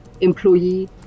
employee